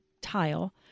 tile